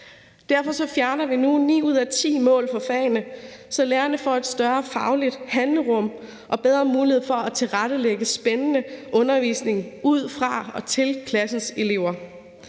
Derfor fjerner vi nu ni ud af ti mål for fagene, så lærerne får et større fagligt handlerum og bedre mulighed for at tilrettelægge spændende undervisning ud fra og til klassens elever.